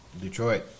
Detroit